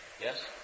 Yes